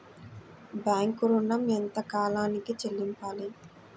Bank ఋణం ఎంత కాలానికి చెల్లింపాలి?